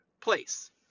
place